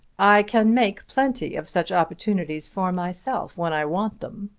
i can make plenty of such opportunities for myself, when i want them,